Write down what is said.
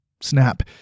Snap